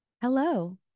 Hello